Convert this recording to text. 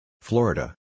Florida